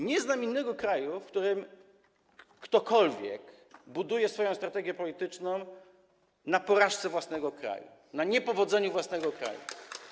Nie znam innego kraju, w którym ktokolwiek buduje swoją strategię polityczną na porażce własnego kraju, na niepowodzeniu własnego kraju.